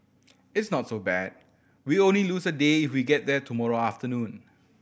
it's not so bad we only lose a day if we get there tomorrow afternoon